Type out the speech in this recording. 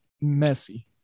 messy